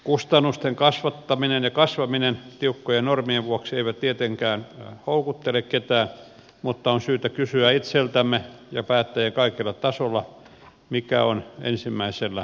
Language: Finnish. kustannusten kasvattaminen ja kasvaminen tiukkojen normien vuoksi ei tietenkään houkuttele ketään mutta on syytä kysyä itseltämme ja päättäjien kaikilla tasoilla mikä on ensimmäisellä sijalla